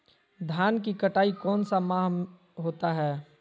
धान की कटाई कौन सा माह होता है?